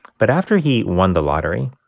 but after he won the lottery,